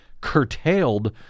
curtailed